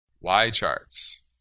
Y-Charts